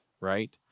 right